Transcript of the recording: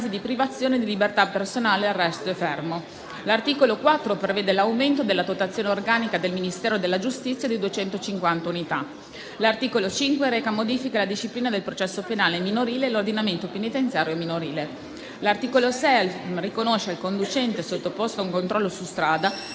di privazione di libertà personale, arresto e fermo. L'articolo 4 prevede l'aumento della dotazione organica del Ministero della giustizia di 250 unità. L'articolo 5 reca modifiche alla disciplina del processo penale minorile e all'ordinamento penitenziario minorile. L'articolo 6 riconosce al conducente sottoposto a un controllo su strada